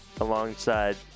alongside